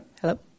Hello